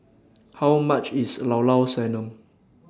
How much IS Llao Llao Sanum